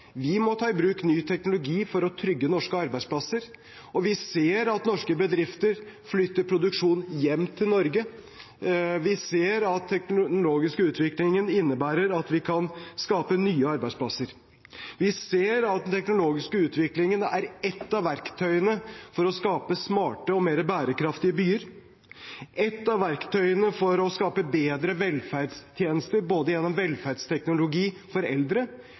Vi må ta i bruk ny teknologi for å trygge norske arbeidsplasser. Vi ser at norske bedrifter flytter produksjonen hjem til Norge. Vi ser at den teknologiske utviklingen innebærer at vi kan skape nye arbeidsplasser. Vi ser at den teknologiske utviklingen er et av verktøyene for å skape smarte og mer bærekraftige byer, et av verktøyene for å skape bedre velferdstjenester, både gjennom velferdsteknologi for eldre